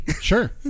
Sure